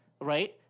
right